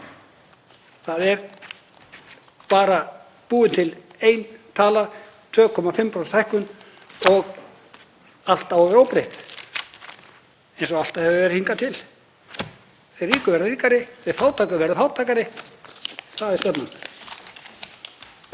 Það er bara búin til ein tala, 2,5% hækkun. Allt á að vera óbreytt eins og alltaf hefur verið hingað til. Þeir ríku verða ríkari, þeir fátæku verða fátækari. Það er stefnan.